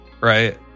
Right